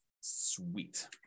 Sweet